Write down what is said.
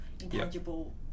intangible